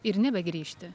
ir nebegrįžti